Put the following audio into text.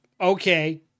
Okay